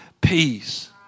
peace